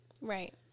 Right